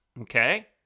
Okay